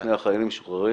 שלפני החיילים המשוחררים